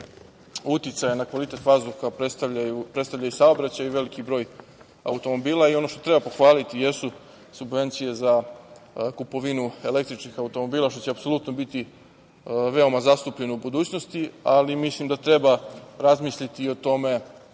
značajnih uticaja na kvalitet vazduha predstavljaju saobraćaj i veliki broj automobila. Ono što treba pohvaliti jesu subvencije za kupovinu električnih automobila, što će apsolutno biti veoma zastupljeni u budućnosti, ali mislim da treba razmisliti i o tome